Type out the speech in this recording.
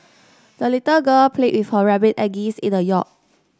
the little girl played with her rabbit and geese in the yard